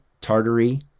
Tartary